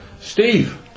Steve